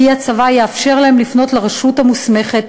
שהצבא יאפשר להם לפנות לרשות המוסמכת,